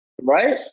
Right